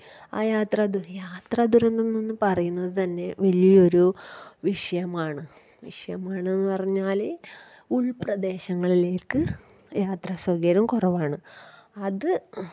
ആ യാത്ര യാത്ര ദുരന്തമെന്നൊന്ന് പറയുന്നത് തന്നെ വലിയൊരു വിഷയമാണ് വിഷയമാണെന്ന് പറഞ്ഞാല് ഉൾപ്രദേശങ്ങളിലേക്ക് യാത്രാ സൗകര്യം കുറവാണ് അത്